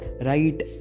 right